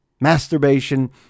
masturbation